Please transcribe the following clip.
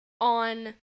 on